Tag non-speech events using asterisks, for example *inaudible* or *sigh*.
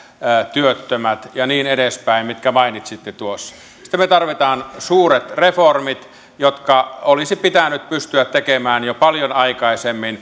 työttömät ja niin edespäin mitkä mainitsitte tuossa sitten me tarvitsemme suuret reformit jotka olisi pitänyt pystyä tekemään jo paljon aikaisemmin *unintelligible*